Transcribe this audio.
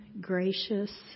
gracious